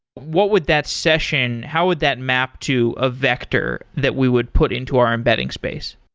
what would that session how would that map to a vector that we would put into our embedding space?